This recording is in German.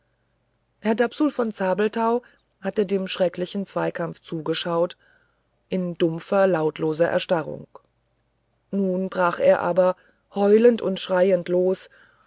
herr dapsul von zabelthau hatte dem schrecklichen zweikampf zugeschaut in dumpfer lautloser erstarrung nun brach er aber heulend und schreiend los